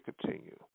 continue